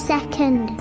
Second